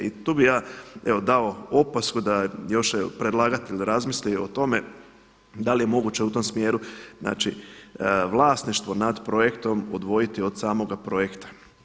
I tu bih ja evo dao opasku da još predlagatelj razmisli o tome da li je moguće u tom smjeru, znači vlasništvo nad projektom odvojiti od samoga projekta.